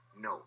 No